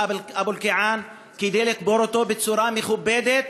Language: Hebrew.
אבו אלקיעאן כדי לקבור אותו בצורה מכובדת.